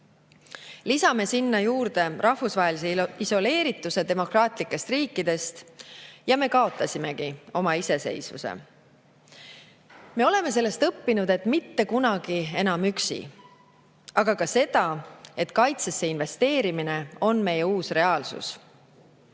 Lisame sinna juurde rahvusvahelise isoleerituse demokraatlikest riikidest – ja me kaotasimegi oma iseseisvuse. Me oleme sellest õppinud, et mitte kunagi enam üksi, aga ka seda, et kaitsesse investeerimine on meie uus reaalsus.